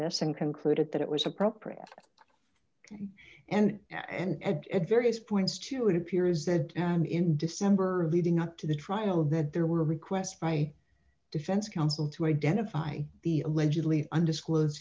this and concluded that it was appropriate and ed at various points to it appears that i am in december leading up to the trial that there were requests by defense counsel to identify the allegedly undisclosed